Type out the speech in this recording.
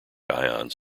ions